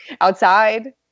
outside